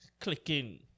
clicking